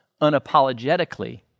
unapologetically